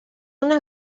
una